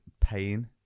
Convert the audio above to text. pain